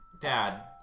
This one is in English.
Dad